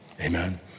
Amen